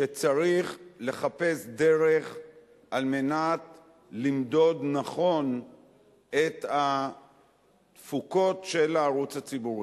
שצריך לחפש דרך למדוד נכון את התפוקות של הערוץ הציבורי.